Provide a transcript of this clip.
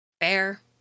Fair